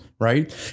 Right